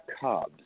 Cubs